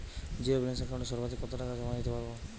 Zero balance একাউন্টে সর্বাধিক কত টাকা জমা দিতে পারব?